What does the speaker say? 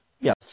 yes